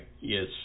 yes